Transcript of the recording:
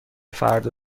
فردا